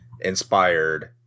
inspired